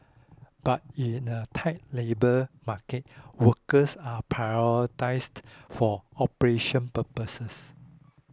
but in a tight labour market workers are prioritised for operation purposes